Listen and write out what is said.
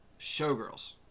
Showgirls